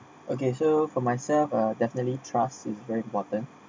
okay so for myself uh definitely trust is very important